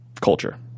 culture